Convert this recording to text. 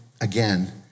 again